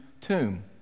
tomb